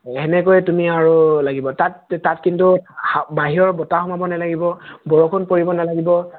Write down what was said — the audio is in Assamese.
সেনেকৈ তুমি আৰু লাগিব তাত তাত কিন্তু হা বাহিৰৰ বতাহ সোমাব নেলাগিব বৰষুণ পৰিব নেলাগিব